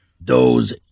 Those